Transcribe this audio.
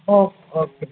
okay okay